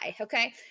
okay